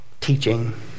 teaching